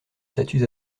statuts